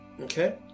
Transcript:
Okay